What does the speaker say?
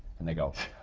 and they go